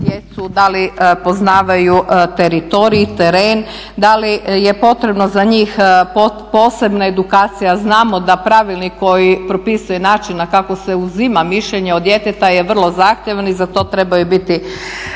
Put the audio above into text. da li poznaju teritorij i teren, da li je potrebna za njih posebna edukacija. Znamo da pravilnik koji propisuje način kako se uzima mišljenje od djeteta je vrlo zahtjevno i za to trebaju biti